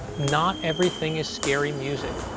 not everything is scary music.